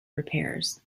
repairs